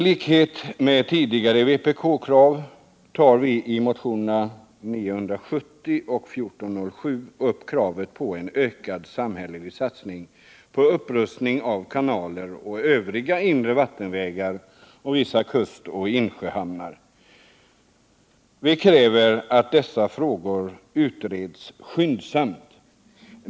Liksom i tidigare vpk-motioner tar vi i motionerna 970 och 1407 upp kravet på en ökad samhällelig satsning på upprustning av kanaler och övriga inre vattenvägar och vissa kustoch insjöhamnar. Vi kräver att dessa frågor utreds skyndsamt.